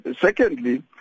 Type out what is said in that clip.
Secondly